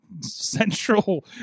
central